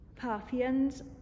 Parthians